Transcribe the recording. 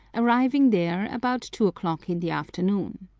arriving there about two o'clock in the afternoon.